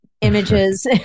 images